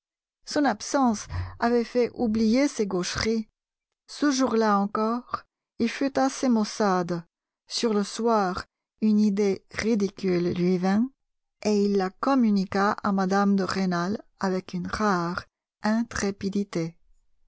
son absence avait fait oublier ses gaucheries ce jour-là encore il fut assez maussade sur le soir une idée ridicule lui vint et il la communiqua à mme de rênal avec une rare intrépidité